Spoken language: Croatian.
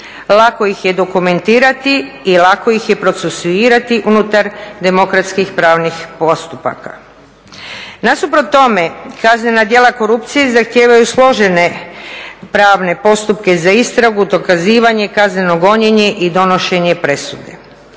lako ih je dokumentirati i lako ih je procesuirati unutar demokratskih pravnih postupaka. Nasuprot tome kaznena djela korupcije zahtijevaju složene pravne postupke za istragu, dokazivanje, kazneno gonjenje i donošenje presude.